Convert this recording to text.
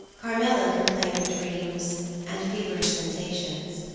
carmilla complained of dreams and feverish sensations,